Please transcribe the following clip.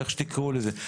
איך שתקראו לזה.